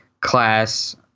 class